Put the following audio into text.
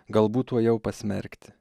galbūt tuojau pasmerkti